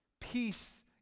Peace